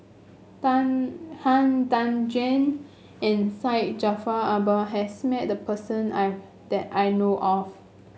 Tan Han Tan Juan and Syed Jaafar Albar has met the person I that I know of